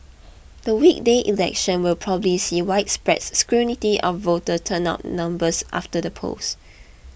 the weekday election will probably see widespread scrutiny of voter turnout numbers after the polls